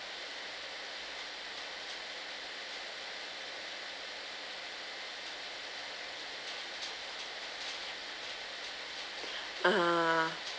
(uh huh) mm